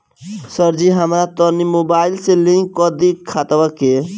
सरजी हमरा तनी मोबाइल से लिंक कदी खतबा के